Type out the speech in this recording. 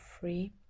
free